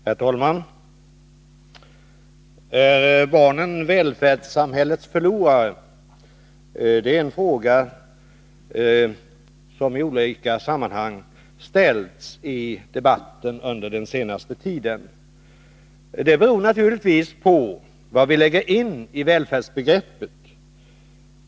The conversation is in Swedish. Herr talman! Är barnen välfärdssamhällets förlorare? Det är en fråga som i olika sammanhang ställts i debatten under den senaste tiden. Svaret på den frågan beror naturligtvis på vad vi lägger in i välfärdsbegreppet.